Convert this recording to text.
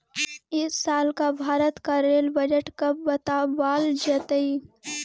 इस साल का भारत का रेल बजट कब बतावाल जतई